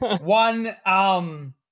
one